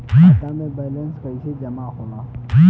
खाता के वैंलेस कइसे जमा होला?